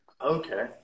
Okay